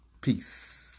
Peace